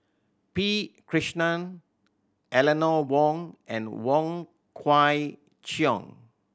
P Krishnan Eleanor Wong and Wong Kwei Cheong